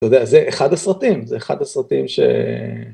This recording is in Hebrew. אתה יודע, זה אחד הסרטים, זה אחד הסרטים ש...